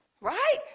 right